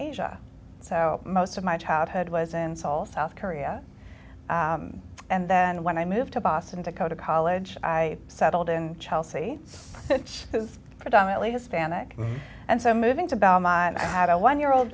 asia so most of my childhood was in seoul south korea and then when i moved to boston to go to college i settled in chelsea was predominantly hispanic and so moving to bow my i had a one year old